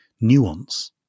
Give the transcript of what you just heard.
nuance